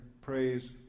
praise